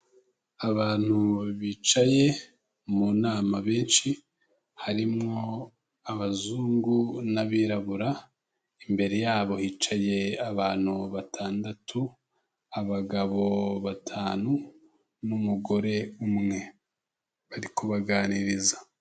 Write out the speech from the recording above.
Abantu bicaye mu nama benshi, harimwo abazungu n'abirabura. Imbere yabo hicaye abantu batandatu, abagabo batanu n'umugore umwe. Bari kubaganiriza.